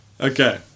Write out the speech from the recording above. Okay